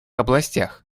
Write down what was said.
областях